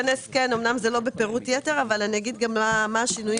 אמנם זה לא בפירוט יתר אבל אני אגיד מה השינויים.